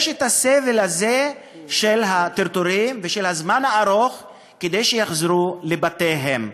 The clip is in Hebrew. יש הסבל הזה של הטרטורים ושל הזמן הארוך כדי שיחזרו לבתיהם.